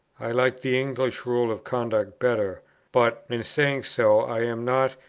i like the english rule of conduct better but, in saying so, i am not,